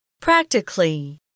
Practically